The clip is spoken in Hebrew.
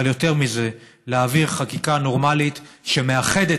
אבל יותר מזה: להעביר חקיקה נורמלית שמאחדת